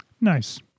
nice